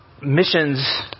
missions